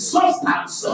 Substance